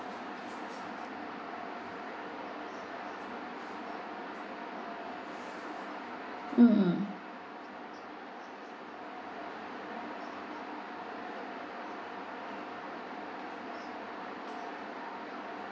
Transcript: mm mm